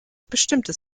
bestimmtes